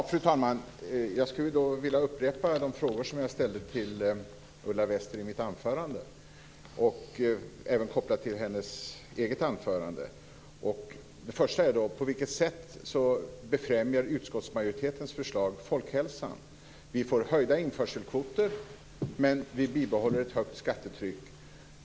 Fru talman! Jag skulle vilja upprepa de frågor som jag ställde till Ulla Wester i mitt anförande, även kopplade till hennes eget anförande. På vilket sätt befrämjar utskottsmajoritetens förslag folkhälsan? Vi får höjda införselkvoter, men vi bibehåller ett högt skattetryck.